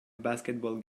basketball